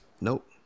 Nope